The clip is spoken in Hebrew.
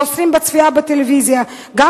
שהצפייה בטלוויזיה אסורה עליהם,